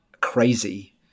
crazy